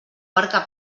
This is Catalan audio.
barca